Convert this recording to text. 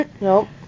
Nope